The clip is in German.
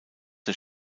der